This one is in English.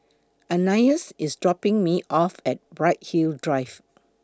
Ananias IS dropping Me off At Bright Hill Drive